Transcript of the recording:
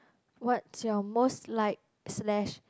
what's your most like slash